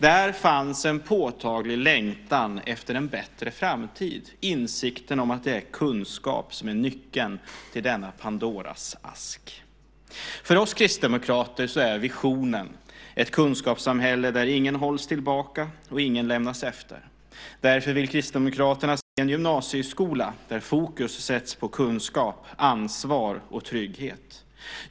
Där fanns en påtaglig längtan efter en bättre framtid, insikten om att det är kunskap som är nyckeln till denna Pandoras ask. För oss kristdemokrater är visionen ett kunskapssamhälle där ingen hålls tillbaka och ingen lämnas efter. Därför vill Kristdemokraterna se en gymnasieskola där fokus sätts på kunskap, ansvar och trygghet.